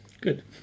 good